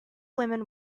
women